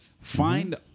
find